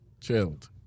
Chilled